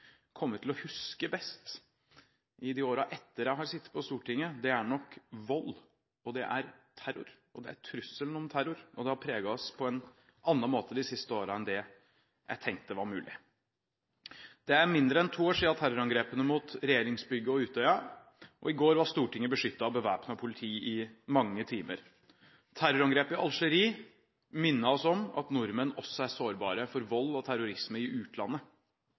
til å huske best i årene etter jeg hadde sittet på Stortinget, er nok vold, terror og trusselen om terror. Det har preget oss på en annen måte de siste årene enn jeg tenkte var mulig. Det er mindre enn to år siden terrorangrepene mot regjeringsbygget og Utøya, og i går var Stortinget beskyttet av bevæpnet politi i mange timer. Terrorangrepet i Algerie minnet oss om at nordmenn også er sårbare for vold og terrorisme i utlandet.